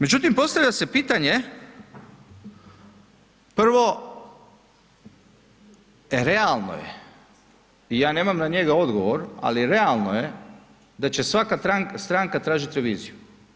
Međutim, postavlja se pitanje prvo realno je, ja nemam na njega odgovor, ali realno je da će svaka stranka tražiti reviziju.